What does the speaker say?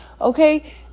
okay